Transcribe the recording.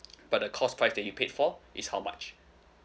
but the cost price that you paid for is how much